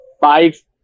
five